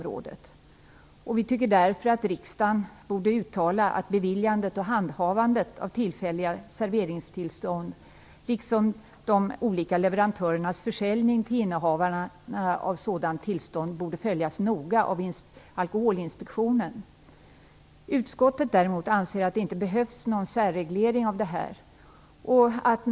Riksdagen borde därför uttala att beviljandet och handhavandet av tillfälliga serveringstillstånd, liksom de olika leverantörernas försäljning till innehavarna av sådant tillstånd, noga borde följas av Alkoholinspektionen. Utskottet anser däremot att det inte behövs någon särreglering av detta.